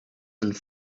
and